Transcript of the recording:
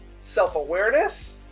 self-awareness